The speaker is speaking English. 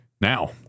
Now